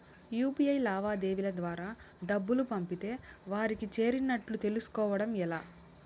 UPI లావాదేవీల ద్వారా డబ్బులు పంపితే వారికి చేరినట్టు తెలుస్కోవడం ఎలా?